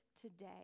today